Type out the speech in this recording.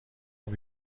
خوب